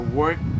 work